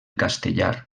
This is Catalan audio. castellar